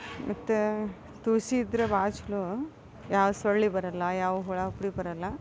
ಮತ್ತು ತುಳಸಿ ಇದ್ದರೆ ಭಾಳ ಛಲೋ ಯಾವ ಸೊಳ್ಳೆ ಬರಲ್ಲ ಯಾವ ಹುಳ ಹುಪ್ಪಟೆ ಬರಲ್ಲ